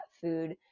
food